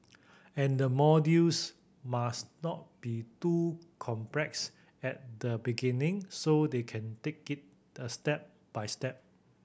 and the modules must not be too complex at the beginning so they can take it a step by step